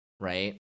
Right